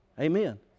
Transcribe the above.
Amen